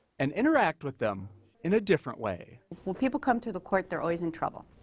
and interact with them in a different way. when people come to the court, they're always in trouble.